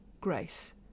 Grace